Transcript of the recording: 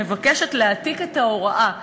מבקשת להעתיק את ההוראה,